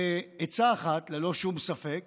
בעצה אחת ללא שום ספק